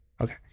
Okay